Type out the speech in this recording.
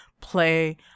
play